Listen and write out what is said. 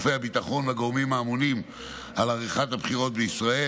הביטחון והגורמים האמונים על עריכת הבחירות בישראל.